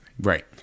right